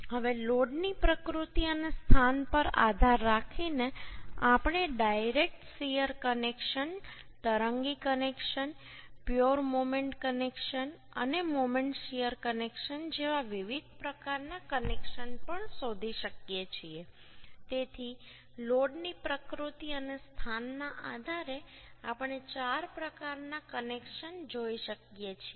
હવે લોડની પ્રકૃતિ અને સ્થાન પર આધાર રાખીને આપણે ડાયરેક્ટ શીયર કનેક્શન તરંગી કનેક્શન પ્યોર મોમેન્ટ કનેક્શન અને મોમેન્ટ શીયર કનેક્શન જેવા વિવિધ પ્રકારના કનેક્શન પણ શોધી શકીએ છીએ તેથી લોડની પ્રકૃતિ અને સ્થાનના આધારે આપણે ચાર પ્રકારના કનેક્શન જોઈ શકીએ છીએ